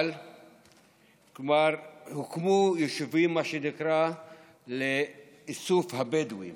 אבל הוקמו יישובים לאיסוף הבדואים.